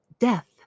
death